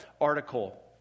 article